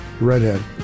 redhead